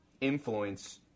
influence